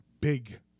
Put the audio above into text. Big